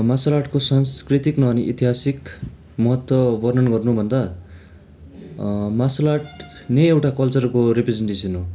martial आर्टको सांस्कृतिक अनि ऐतिहासिक महत्त्व वर्णन गर्नुभन्दा मार्सल आर्ट नै एउटा कल्चरको रिप्रेजेन्टेसन हो